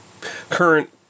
current